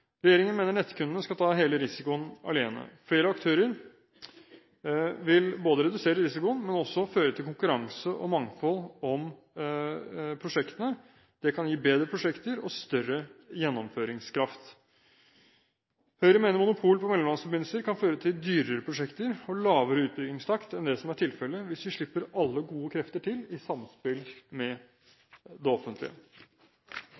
Regjeringen mener nettkundene skal ta hele risikoen alene. Flere aktører vil både redusere risikoen og føre til konkurranse og mangfold i prosjektene. Det kan gi bedre prosjekter og større gjennomføringskraft. Høyre mener monopol på mellomlandsforbindelser kan føre til dyrere prosjekter og lavere utbyggingstakt enn det som er tilfellet hvis vi slipper alle gode krefter til i samspill